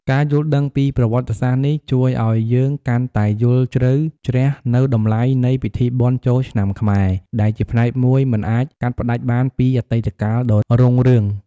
ការយល់ដឹងពីប្រវត្តិសាស្រ្តនេះ ជួយឲ្យយើងកាន់តែយល់ជ្រៅជ្រះនូវតម្លៃនៃពិធីបុណ្យចូលឆ្នាំខ្មែរ ដែលជាផ្នែកមួយមិនអាចកាត់ផ្ដាច់បានពីអតីតកាលដ៏រុងរឿង។